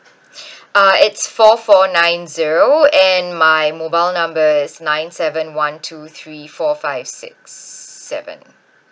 uh it's four four nine zero and my mobile number is nine seven one two three four five six seven